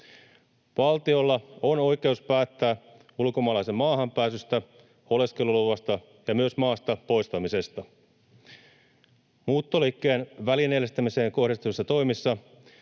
Valtiolla on oikeus päättää ulkomaalaisen maahanpääsystä, oleskeluluvasta ja myös maasta poistamisesta. Muuttoliikkeen välineellistämiseen kohdistuvissa toimissa